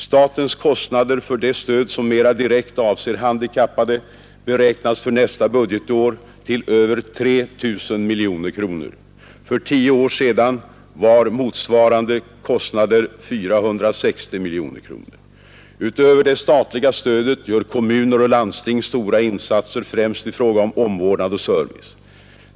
Statens kostnader för det stöd som mera direkt avser handikappade beräknas för nästa budgetår till över 3 000 miljoner kronor. För tio år sedan var motsvarande kostnader 460 miljoner kronor. Utöver det statliga stödet gör kommuner och landsting stora insatser, främst i fråga om omvårdnad och service.